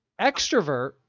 extrovert